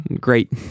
great